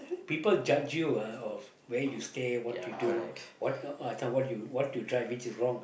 people judge you ah of where you stay what you do what uh some what what you drive which is wrong